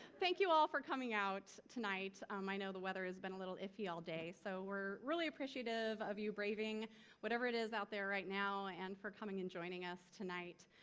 thank you all for coming out tonight. um i know the weather has been a little iffy all day, so we're really appreciative of you braving whatever it is out there right now and for coming and joining us tonight.